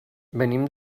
venim